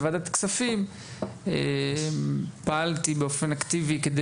בוועדת כספים פעלתי באופן אקטיבי כדי